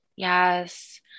Yes